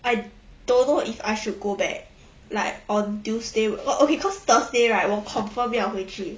I don't know if I should go back like on tuesday oh okay cause thursday right will confirm 要回去